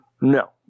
No